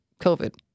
COVID